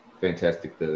Fantastic